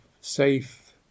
safe